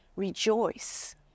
rejoice